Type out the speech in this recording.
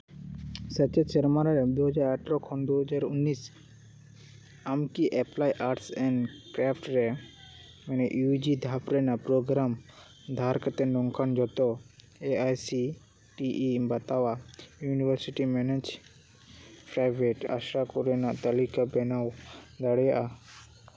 ᱥᱮᱪᱮᱫ ᱥᱮᱨᱢᱟ ᱨᱮ ᱫᱩᱦᱟᱨ ᱟᱴᱷᱨᱳ ᱠᱷᱚᱱ ᱫᱩ ᱦᱟᱡᱟᱨ ᱩᱱᱤᱥ ᱟᱢᱠᱤ ᱮᱯᱞᱟᱭ ᱟᱨᱴ ᱮᱢ ᱴᱨᱮᱯᱷ ᱨᱮ ᱤᱭᱩ ᱡᱤ ᱫᱷᱟᱯ ᱨᱮᱱᱟᱜ ᱯᱨᱳᱜᱨᱟᱢ ᱫᱷᱟᱨ ᱠᱟᱛᱮᱜ ᱱᱚᱝᱠᱟᱱ ᱡᱚᱛᱚ A I C T E ᱵᱟᱛᱟᱣᱟ ᱤᱭᱩᱱᱤᱵᱷᱟᱨᱥᱤᱴᱤ ᱢᱮᱱᱮᱡᱽ ᱯᱨᱟᱭᱵᱷᱮᱴ ᱟᱥᱣᱟ ᱠᱚᱨᱮᱱᱟᱜ ᱛᱟᱹᱞᱤᱠᱟᱢ ᱵᱮᱱᱟᱣ ᱫᱟᱲᱮᱭᱟᱜᱼᱟ